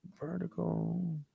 vertical